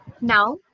Now